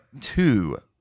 two